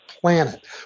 planet